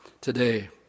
today